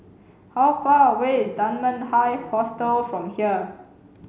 how far away is Dunman High Hostel from here